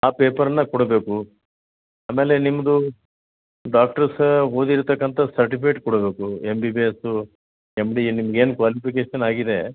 ಆ ಪೇಪರನ್ನ ಕೊಡಬೇಕು ಆಮೇಲೆ ನಿಮ್ಮದು ಡಾಕ್ಟ್ರಸ್ಸ್ ಓದಿರತಕ್ಕಂಥ ಸರ್ಟಿಫಿಕೇಟ್ ಕೊಡಬೇಕು M B B S M D ನಿಮ್ಗೆ ಏನು ಕ್ವಾಲಿಫಿಕೇಷನ್ ಆಗಿದೆ